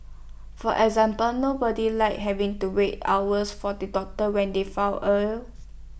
for example nobody likes having to wait hours for the doctor when they fall ill